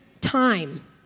time